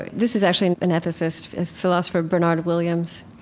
this is actually an ethicist of philosopher bernard williams.